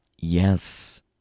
Yes